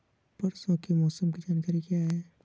परसों के मौसम की जानकारी क्या है?